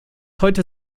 heute